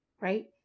right